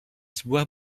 sebuah